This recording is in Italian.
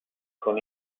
con